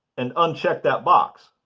and uncheck that box.